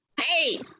hey